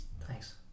thanks